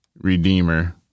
redeemer